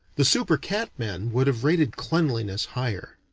the super-cat-men would have rated cleanliness higher.